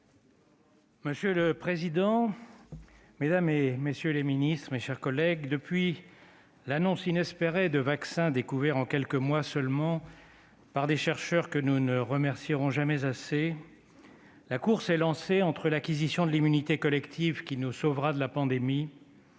monsieur le Premier ministre, mesdames, messieurs les ministres, mes chers collègues, depuis l'annonce inespérée de la découverte de vaccins en quelques mois seulement par des chercheurs que nous ne remercierons jamais assez, la course est lancée entre l'acquisition de l'immunité collective qui nous sauvera de la pandémie